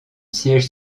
siège